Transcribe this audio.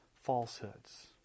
falsehoods